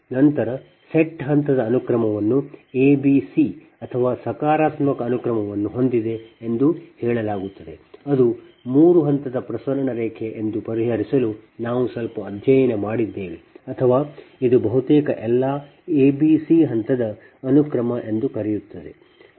ನಂತರ ಸೆಟ್ ಹಂತದ ಅನುಕ್ರಮವನ್ನು a b c ಅಥವಾ ಸಕಾರಾತ್ಮಕ ಅನುಕ್ರಮವನ್ನು ಹೊಂದಿದೆ ಎಂದು ಹೇಳಲಾಗುತ್ತದೆ ಅದು 3 ಹಂತದ ಪ್ರಸರಣ ರೇಖೆ ಎಂದು ಪರಿಹರಿಸಲು ನಾವು ಸ್ವಲ್ಪ ಅಧ್ಯಯನ ಮಾಡಿದ್ದೇವೆ ಅಥವಾ ಇದು ಬಹುತೇಕ ಎಲ್ಲಾ a b c ಹಂತದ ಅನುಕ್ರಮ ಎಂದು ಕರೆಯುತ್ತದೆ